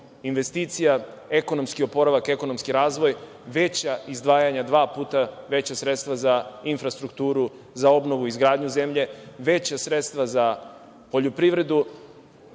investicija ekonomski oporavak, ekonomski razvoj, veća izdvajanja, dva puta veća sredstva infrastrukturu za obnovu i izgradnju zemlje, već sredstva za poljoprivredu.